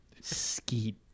Skeet